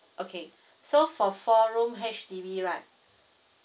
okay so for four room H_D_B right